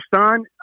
son